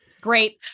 great